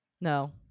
no